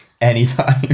anytime